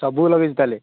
ସବୁ ଲଗେଇଛୁ ତାହାଲେ